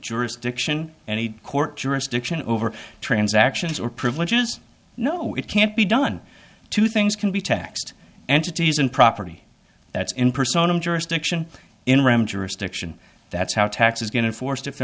jurisdiction any court jurisdiction over transactions or privileges no it can't be done two things can be taxed entities and property that's in persona jurisdiction in ram jurisdiction that's how tax is going to force if they're